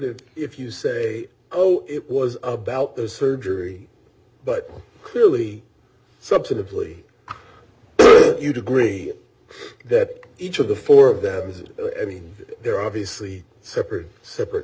it if you say oh it was about the surgery but clearly substantively you'd agree that each of the four of them i mean they're obviously separate separate